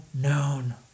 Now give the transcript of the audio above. known